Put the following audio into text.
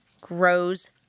grows